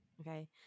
Okay